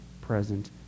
present